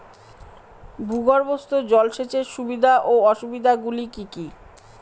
ভূগর্ভস্থ জল সেচের সুবিধা ও অসুবিধা গুলি কি কি?